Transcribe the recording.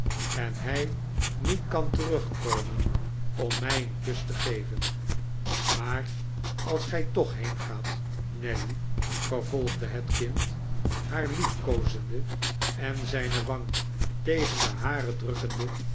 en hij niet kan terugkomen om mij een kus te geven maar als gij toch heengaat nelly vervolgde het kind haar liefkoozende en zijne wang tegen de hare drukkende